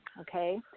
okay